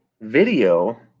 video